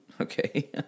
Okay